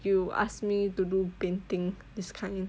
you ask me to do painting this kind